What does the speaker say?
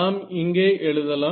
நாம் இங்கே எழுதலாம்